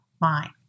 line